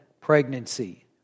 pregnancy